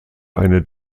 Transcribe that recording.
eine